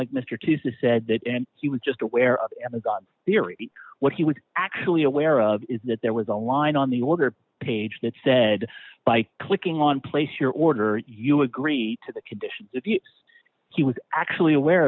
like mr to said that and he was just aware of amazon's theory what he was actually aware of is that there was a line on the order page that said by clicking on place your order you agree to the conditions if you he was actually aware